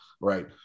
right